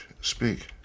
Speak